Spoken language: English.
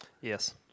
Yes